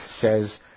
says